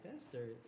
faster